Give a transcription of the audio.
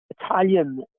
Italian